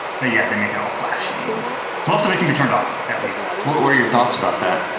but yeah, they make it all flashy and most of it can be turned off at least. what what are your thoughts about that?